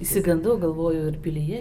išsigandau galvoju ir pilyje